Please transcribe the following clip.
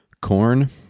Corn